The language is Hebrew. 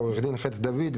עורך הדין חץ דוד,